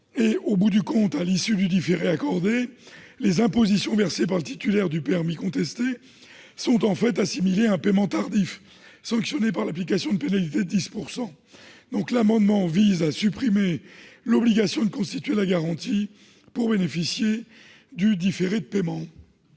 De plus, à l'issue du différé, les impositions versées par le titulaire du permis contesté sont assimilées à un paiement tardif, sanctionné d'une pénalité de 10 %. Cet amendement vise à supprimer l'obligation de constituer la garantie pour bénéficier dudit différé de paiement.